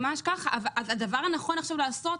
ממש ככה אז הדבר הנכון עכשיו לעשות,